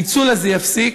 הניצול הזה יפסיק.